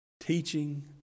Teaching